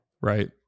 Right